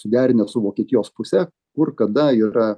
suderinę su vokietijos puse kur kada yra